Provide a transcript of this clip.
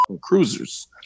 Cruisers